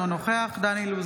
אינו נוכח דן אילוז,